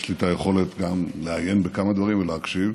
יש לי את היכולת גם לעיין בכמה דברים וגם להקשיב.